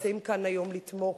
שנמצאים כאן היום לתמוך.